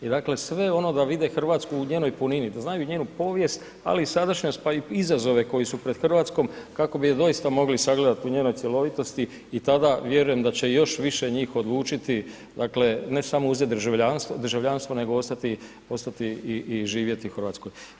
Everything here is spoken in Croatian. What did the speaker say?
I dakle sve ono da vide Hrvatsku u njenoj punini da znaju njenu povijest, ali i sadašnjost pa i izazove koji su pred Hrvatskom kako bi je doista mogli sagledati u njenoj cjelovitosti i tada vjerujem da će još više njih odlučiti, dakle ne samo uzeti državljanstvo nego ostati, ostati i živjeti u Hrvatskoj.